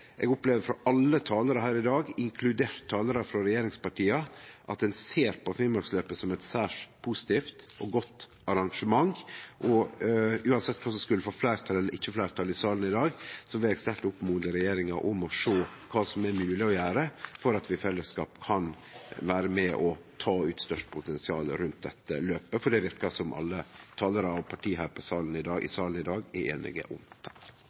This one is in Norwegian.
ein ser på Finnmarksløpet som eit særs positivt og godt arrangement. Uansett kva som skulle få fleirtal eller ikkje fleirtal i salen i dag, vil eg sterkt oppmode regjeringa til å sjå på kva som er mogleg å gjere for at vi i fellesskap kan vere med og ta ut størst mogleg potensial rundt dette løpet, for det verkar det som alle talarar og parti her i salen i dag er einige om. Jeg vil begynne med å få gi honnør og hjertelig takk